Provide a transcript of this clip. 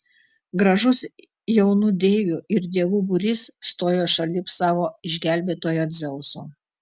gražus jaunų deivių ir dievų būrys stojo šalip savo išgelbėtojo dzeuso